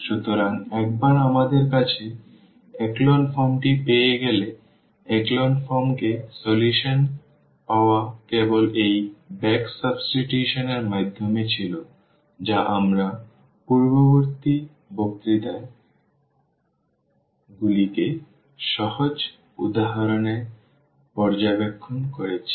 সুতরাং একবার আমাদের কাছে echelon form টি পেয়ে গেলে echelon form থেকে সমাধান পাওয়া কেবল এই ব্যাক সাবস্টিটিউশন এর মাধ্যমে ছিল যা আমরা পূর্ববর্তী বক্তৃতা গুলিতে সহজ উদাহরণে পর্যবেক্ষণ করেছি